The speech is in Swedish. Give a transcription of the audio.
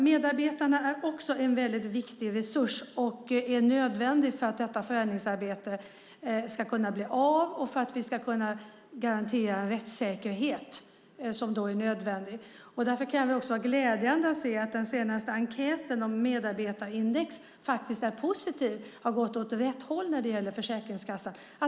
Medarbetarna är en väldigt viktig resurs som är nödvändig för att detta förändringsarbete ska kunna bli av och för att vi ska kunna garantera en rättssäkerhet. Därför är det glädjande att se att den senaste enkäten med medarbetarindex är positiv. Det har gått åt rätt håll när det gäller Försäkringskassan.